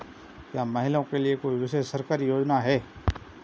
क्या महिलाओं के लिए कोई विशेष सरकारी योजना है?